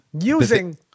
using